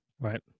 Right